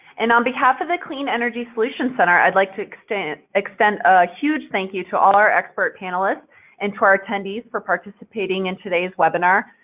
and on behalf of the clean energy solutions center i would like to extend extend a huge thank you to all our expert panelists and to our attendees for participating in today's webinar.